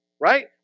Right